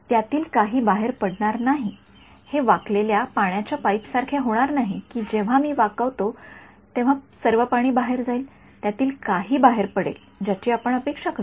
त्यातील काही बाहेर पडणार नाही हे वाकलेल्या पाण्याच्या पाईपसारखे होणार नाही कि जेव्हा मी वाकवतो आणि सर्व पाणी बाहेर जाईल त्यातील काही बाहेर पडेल ज्याची आपण अपेक्षा करू